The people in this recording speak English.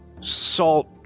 salt